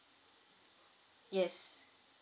yes